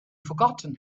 forgotten